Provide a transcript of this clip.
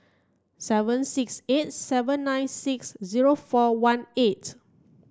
seven six eight seven nine six zero four one eight